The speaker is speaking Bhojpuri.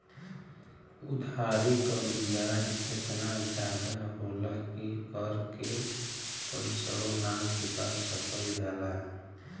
उधारी क बियाज एतना जादा होला कि कर के पइसवो ना चुका सकल जाला